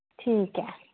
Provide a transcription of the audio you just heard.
ठीक ऐ